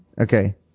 Okay